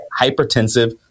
hypertensive